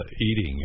eating